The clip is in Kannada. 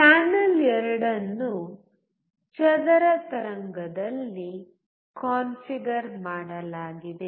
ಚಾನೆಲ್ 2 ಅನ್ನು ಚದರ ತರಂಗದಲ್ಲಿ ಕಾನ್ಫಿಗರ್ ಮಾಡಲಾಗಿದೆ